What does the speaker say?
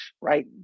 right